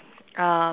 um